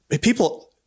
people